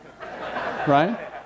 right